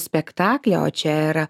spektaklį o čia yra